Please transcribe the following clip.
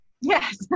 yes